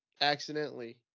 accidentally